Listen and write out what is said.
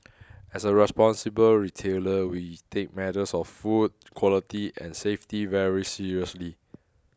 as a responsible retailer we take matters of food quality and safety very seriously